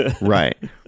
Right